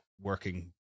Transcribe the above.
working